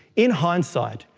in hindsight,